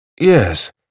Yes